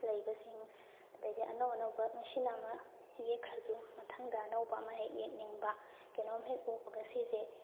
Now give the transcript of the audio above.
ꯂꯩꯕꯁꯤꯡ ꯑꯗꯒꯤꯗꯤ ꯑꯅꯧ ꯑꯅꯧꯕ ꯉꯁꯤꯅ ꯑꯃ ꯌꯦꯛꯈ꯭ꯔꯁꯨ ꯃꯊꯪꯗ ꯑꯅꯧꯕ ꯑꯃ ꯍꯦꯛ ꯌꯦꯛꯅꯤꯡꯕ ꯀꯩꯅꯣꯝ ꯍꯦꯛ ꯎꯕꯒ ꯁꯤꯁꯦ